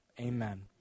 Amen